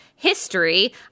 history